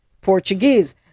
Portuguese